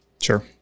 Sure